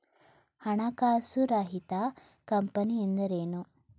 ಹಣಕಾಸು ರಹಿತ ಕಂಪನಿ ಎಂದರೇನು?